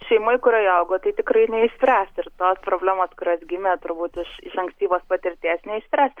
šeimoj kurioje augo tai tikrai neišspręs ir tos problemos kurios gimė turbūt iš iš ankstyvos patirties neišspręs